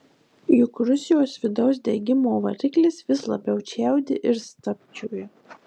juk rusijos vidaus degimo variklis vis labiau čiaudi ir stabčioja